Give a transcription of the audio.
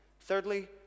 Thirdly